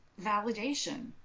validation